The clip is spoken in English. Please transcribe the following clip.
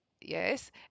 yes